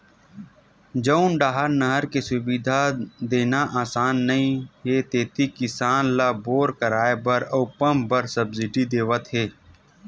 जउन डाहर नहर के सुबिधा देना असान नइ हे तेती किसान ल बोर करवाए बर अउ पंप बर सब्सिडी देवत हे